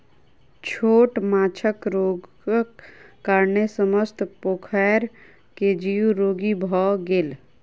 छोट माँछक रोगक कारणेँ समस्त पोखैर के जीव रोगी भअ गेल